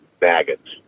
maggots